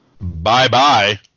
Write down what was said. Bye-bye